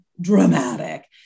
dramatic